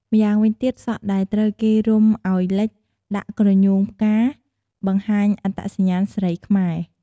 ម្យ៉ាងវិញទៀតសក់ដែលត្រូវគេរុំអោយលិចដាក់ក្រញូងផ្កាបង្ហាញអត្តសញ្ញាណស្រីខ្មែរ។